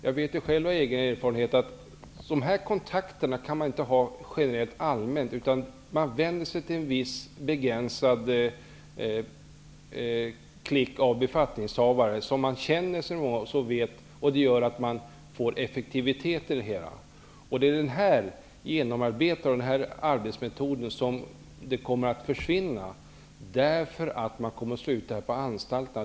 Jag vet själv av egen erfarenhet att man inte kan ha dessa kontakter generellt, utan man vänder sig till en viss begränsad klick av befattningshavare som man känner sedan många år. Det gör att man får effektivitet i det hela. Det är den här genomarbetade arbetsmetoden som kommer att försvinna därför att man kommer att slå ut detta på anstalterna.